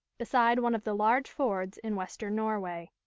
beside one of the large fjords in western norway.